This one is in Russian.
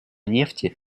нефти